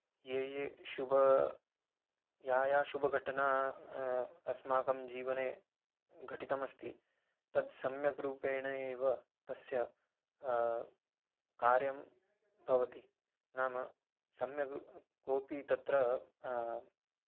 ये ये शुभाः या या शुभघटना अस्माकं जीवने घटितास्ति तत् सम्यग्रूपेण एव तस्य कार्यं भवति नाम सम्यक् कोपि तत्र